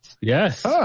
Yes